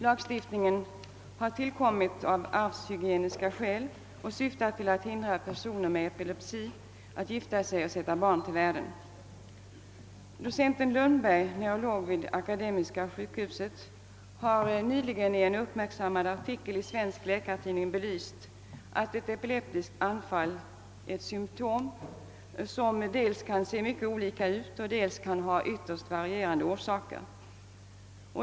Lagstiftningen har tillkommit av arvshygieniska skäl och syftar till att hindra personer med epilepsi att gifta sig och sätta barn till världen. demiska sjukhuset, har nyligen i en uppmärksammad artikel i Svensk läkartidning belyst att ett epileptiskt anfall är ett symtom som dels kan se mycket olika ut, dels kan ha ytterst varierande orsaker.